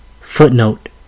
Footnote